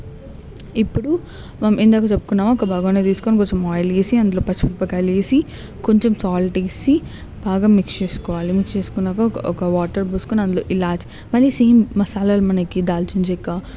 ఇప్పుడు మనం ఇందాక చెప్పుకున్నాం ఒక బగిన తీసుకొని కొంచం ఆయిల్ వేసి అందులో పచ్చిమిరపకాయలు వేసి కొంచం సాల్ట్ వేసి బాగా మిక్స్ చేసుకోవాలి మిక్స్ చేసుకున్నాక ఒక ఒక వాటర్ పోసుకొని అందులో ఒక ఇలాచీ మరి సేమ్ మసాలాలు మనకి దాల్చిన చెక్క